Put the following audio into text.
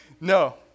No